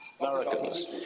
Americans